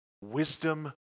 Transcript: wisdom